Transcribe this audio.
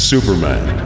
Superman